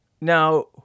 Now